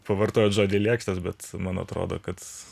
pavartojot žodį lėkštas bet man atrodo kad